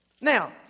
now